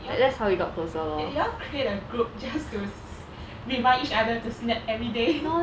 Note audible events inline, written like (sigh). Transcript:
you all you all create a group just to s~ remind each other to snap everyday (laughs)